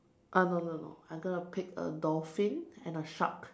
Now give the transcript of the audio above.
uh no no no I'm gonna pick a dolphin and a shark